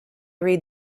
read